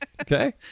Okay